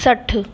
सठि